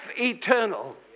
eternal